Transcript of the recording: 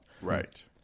Right